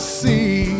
see